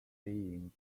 being